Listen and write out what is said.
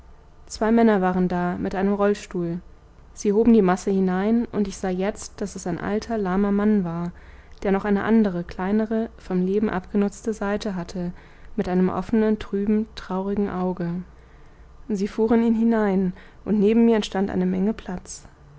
zwei männer waren da mit einem rollstuhl sie hoben die masse hinein und ich sah jetzt daß es ein alter lahmer mann war der noch eine andere kleinere vom leben abgenutzte seite hatte mit einem offenen trüben traurigen auge sie fuhren ihn hinein und neben mir entstand eine menge platz